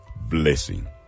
blessing